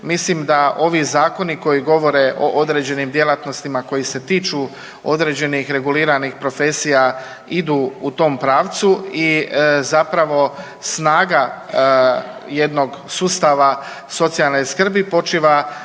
Mislim da ovi zakoni koji govore o određenim djelatnostima koji se tiču određenih reguliranih profesija idu u tom pravcu i zapravo snaga jednog sustava socijalne skrbi počiva